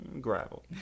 Gravel